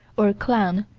or clown,